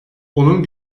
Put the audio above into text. onun